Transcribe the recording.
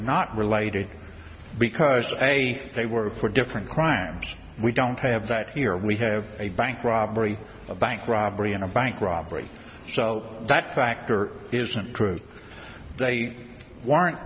not related because they they work for different crimes we don't have that here we have a bank robbery a bank robbery and a bank robbery so that factor isn't true they weren't